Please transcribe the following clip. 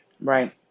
Right